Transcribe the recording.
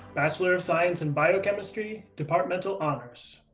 bachelor of science in biochemistry, departmental honors.